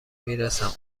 میرسم